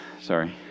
sorry